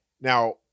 Now